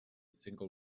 single